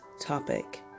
topic